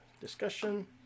discussion